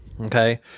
okay